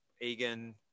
Egan